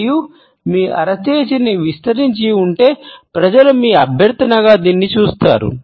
మీరు మీ అరచేతిని విస్తరించి ఉంటే ప్రజలు మీ అభ్యర్థనగా దీన్ని చూస్తారు